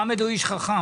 חמד הוא איש חכם.